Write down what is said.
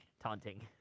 taunting